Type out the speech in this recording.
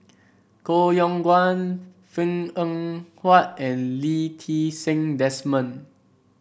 Koh Yong Guan Png Eng Huat and Lee Ti Seng Desmond